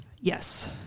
Yes